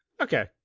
Okay